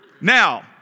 Now